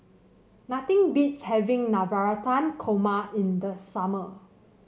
nothing beats having Navratan Korma in the summer